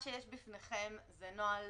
בפניכם יש נוהל